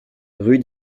rue